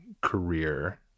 career